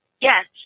yes